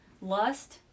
lust